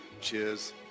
cheers